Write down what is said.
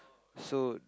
so